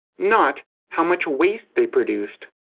not how much waste they produced.